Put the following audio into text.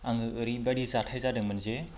आङो ओरैबायदि जाथाय जादोंमोन जे